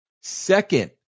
Second